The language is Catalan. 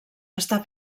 està